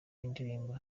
y’indirimbo